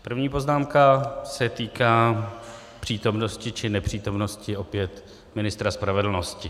První poznámka se týká přítomnosti či nepřítomnosti opět ministra spravedlnosti.